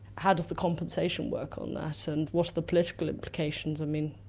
how does the compensation work on that and what are the political implications? i mean,